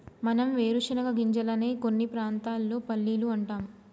మనం వేరుశనగ గింజలనే కొన్ని ప్రాంతాల్లో పల్లీలు అంటాం